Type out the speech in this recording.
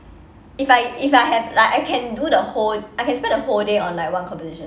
if I if I have like I can do the whole I can spend the whole day on like one composition